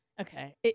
Okay